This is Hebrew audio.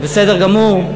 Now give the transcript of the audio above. זה בסדר גמור.